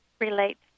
relates